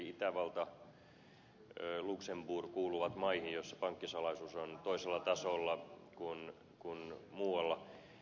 itävalta ja luxemburg kuuluvat maihin joissa pankkisalaisuus on toisella tasolla kuin muualla